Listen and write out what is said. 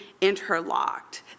interlocked